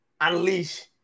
Unleash